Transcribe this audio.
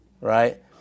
Right